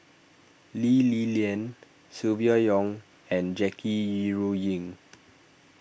Lee Li Lian Silvia Yong and Jackie Yi Ru Ying